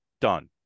Done